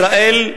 ישראל,